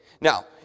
now